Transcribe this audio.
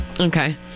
Okay